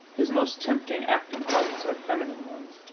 his most tempting acting parts are feminine ones.